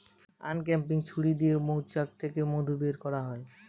uncapping ছুরি দিয়ে মৌচাক থেকে মধু বের করা হয়